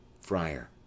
Friar